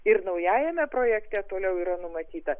ir naujajame projekte toliau yra numatyta